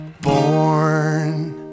born